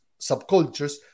subcultures